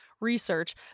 research